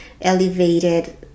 elevated